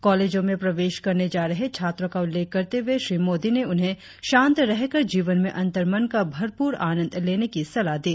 काँलेजो में प्रवेश करने जा रहे छात्रो का उल्लेख करते हुए श्री मोदी ने उन्हें शांत रहकर जीवन में अंतर्मन का भरपूर आनंद लेने की सलाह दी